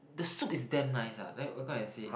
the soup is damn nice ah then what can I say